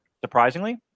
surprisingly